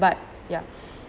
but ya